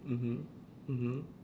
mmhmm mmhmm